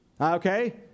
Okay